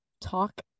talk